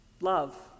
love